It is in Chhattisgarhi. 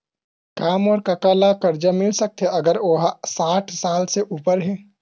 का मोर कका ला कर्जा मिल सकथे अगर ओ हा साठ साल से उपर हे?